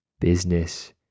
business